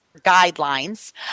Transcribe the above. guidelines